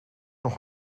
nog